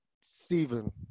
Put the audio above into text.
Stephen